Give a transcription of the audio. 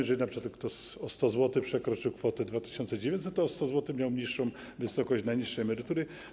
Jeżeli np. ktoś o 100 zł przekroczył kwotę 2900 zł, to o 100 zł miał niższą wysokość najniższej emerytury.